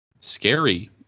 Scary